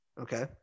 Okay